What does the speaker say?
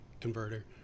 converter